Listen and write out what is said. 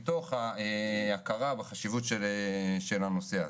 מתוך הכרה בחשיבות הנושא.